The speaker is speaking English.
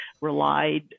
relied